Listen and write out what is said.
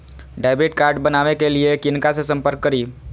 Debit card बनावे के लिए किनका से संपर्क करी?